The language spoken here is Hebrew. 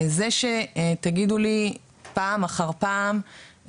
זה שתגידו לי פעם אחר פעם,